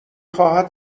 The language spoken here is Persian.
خواهد